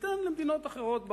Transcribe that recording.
ניתן למדינות אחרות בעולם,